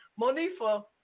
Monifa